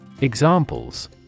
Examples